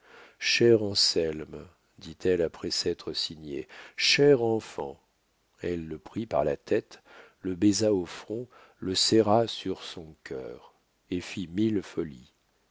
lettre cher anselme dit-elle après s'être signée cher enfant elle le prit par la tête le baisa au front le serra sur son cœur et fit mille folies